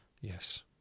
yes